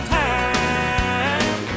time